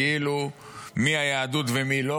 כאילו מי היהדות ומי לא.